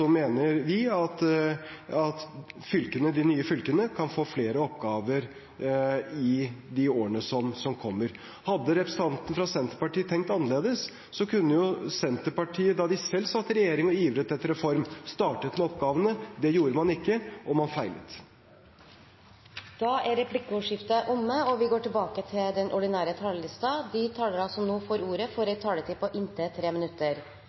mener de nye fylkene kan få flere oppgaver i årene som kommer. Hadde representanten fra Senterpartiet tenkt annerledes, kunne Senterpartiet da de selv satt i regjering og ivret etter reform, startet med oppgavene. Det gjorde man ikke, og man feilet. Dermed er replikkordskiftet omme. De talere som heretter får ordet, har en taletid på inntil 3 minutter.